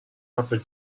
after